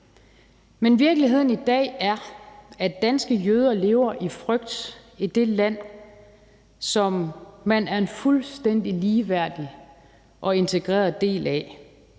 Men virkeligheden i dag er, at danske jøder lever i frygt i det land, som man er en fuldstændig ligeværdig og integreret del af,